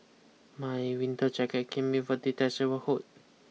my winter jacket came with a detachable hood